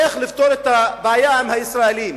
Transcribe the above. איך לפתור את הבעיה עם הישראלים,